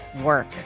work